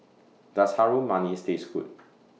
Does Harum Manis Taste Good